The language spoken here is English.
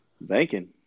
banking